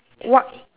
what